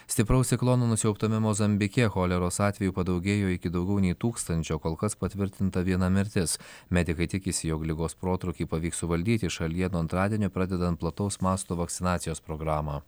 stipraus ciklono nusiaubtame mozambike choleros atvejų padaugėjo iki daugiau nei tūkstančio kol kas patvirtinta viena mirtis medikai tikisi jog ligos protrūkį pavyks suvaldyti šalyje nuo antradienio pradedant plataus masto vakcinacijos programą